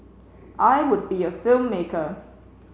I would be a filmmaker